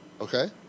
Okay